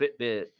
Fitbit